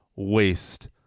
Waste